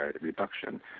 reduction